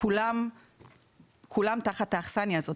כולם תחת האכסניה הזו.